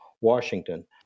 Washington